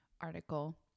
article